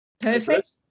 Perfect